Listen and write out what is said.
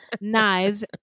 knives